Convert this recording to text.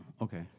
Okay